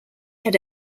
had